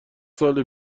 سال